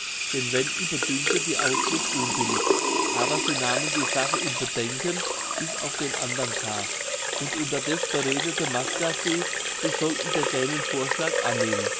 den wenden bedünkte die ausflucht unbillig aber sie nahmen die sache in bedenken bis auf den andern tag und unterdeß beredete maska sie sie sollten der dänen vorschlag annehmen